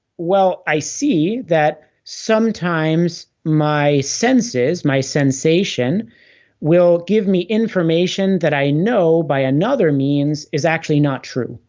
well i see that sometimes my senses, my sensation will give me information that i know by another means is actually not true.